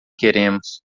queremos